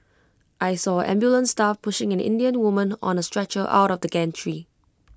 I saw ambulance staff pushing an Indian woman on A stretcher out of the gantry